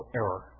error